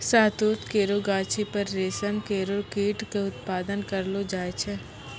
शहतूत केरो गाछी पर रेशम केरो कीट क उत्पादन करलो जाय छै